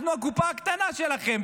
אנחנו הקופה הקטנה שלכם.